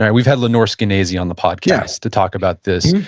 yeah we've had lenore skenazy on the podcast to talk about this.